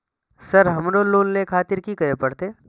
Sir हमरो loan ले खातिर की करें परतें?